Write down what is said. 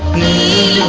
me